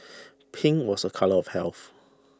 pink was a colour of health